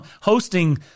hosting